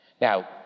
Now